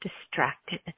distracted